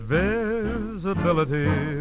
visibility